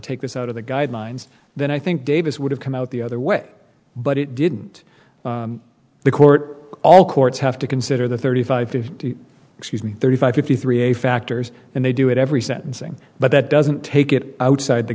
take this out of the guidelines then i think davis would have come out the other way but it didn't the court all courts have to consider the thirty five fifty excuse me thirty five fifty three a factors and they do it every sentencing but that doesn't take it outside the